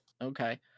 Okay